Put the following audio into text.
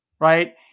right